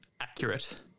accurate